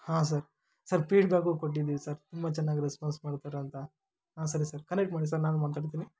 ಹಾಂ sir sir feedback ಕೊಟ್ಟಿದ್ದೀವಿ sir ತುಂಬ ಚೆನ್ನಾಗಿ ರೆಸ್ಪಾನ್ಸ್ ಮಾಡ್ತಾರೆ ಅಂತ ಹಾಂ ಸರಿ ಸರ್ ಕನೆಕ್ಟ್ ಮಾಡಿ ಸರ್ ನಾನೂ ಮಾತಾಡ್ತೀನಿ